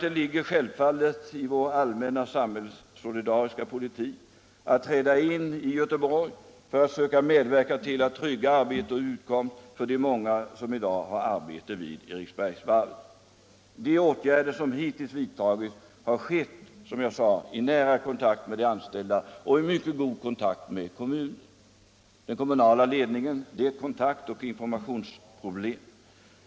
Det ligger självfallet i vår allmänna samhällssolidariska politik att träda till i Göteborg för att försöka medverka till att trygga arbete och utkomst för de många som är sysselsatta vid Eriksberg. De åtgärder som hittills har vidtagits har, som jag sade, skett i nära kontakt med de anställda och kommunen.